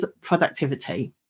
productivity